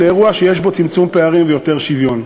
לאירוע שיש בו צמצום פערים ויותר שוויון.